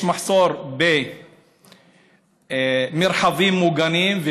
יש מחסור במרחבים מוגנים.